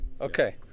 okay